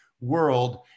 world